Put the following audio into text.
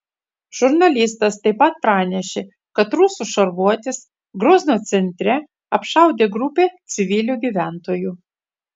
žurnalistas taip pat pranešė kad rusų šarvuotis grozno centre apšaudė grupę civilių gyventojų